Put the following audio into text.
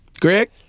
Greg